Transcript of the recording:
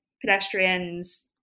pedestrians